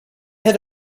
had